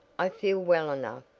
i feel well enough,